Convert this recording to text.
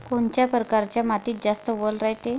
कोनच्या परकारच्या मातीत जास्त वल रायते?